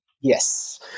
Yes